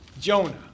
Jonah